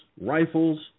rifles